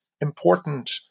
important